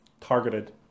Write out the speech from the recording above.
targeted